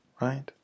right